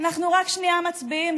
אנחנו רק שנייה מצביעים,